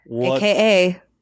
AKA